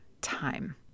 time